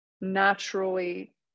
naturally